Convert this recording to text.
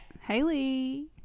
Haley